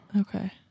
Okay